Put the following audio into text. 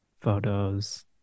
photos